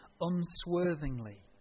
unswervingly